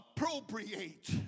appropriate